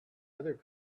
other